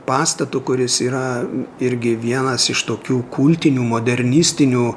pastatu kuris yra irgi vienas iš tokių kultinių modernistinių